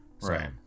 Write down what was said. right